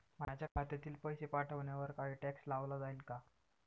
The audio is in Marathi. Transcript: माझ्या खात्यातील पैसे पाठवण्यावर काही टॅक्स लावला जाईल का?